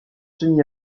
semi